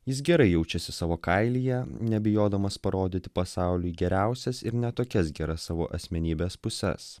jis gerai jaučiasi savo kailyje nebijodamas parodyti pasauliui geriausias ir ne tokias geras savo asmenybės puses